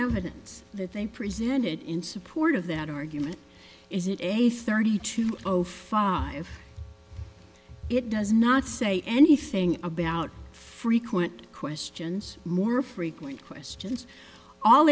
evidence that they presented in support of that argument is it a thirty two o five it does not say anything about frequent questions more frequent questions all